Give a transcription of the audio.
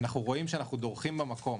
אנחנו רואים שאנחנו דורכים במקום.